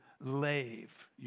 lave